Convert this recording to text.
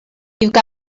got